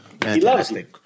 Fantastic